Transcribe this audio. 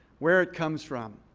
where it comes from,